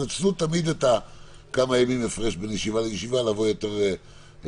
תנצלו תמיד את הימים שבין ישיבה לישיבה כדי לבוא יותר משויפים.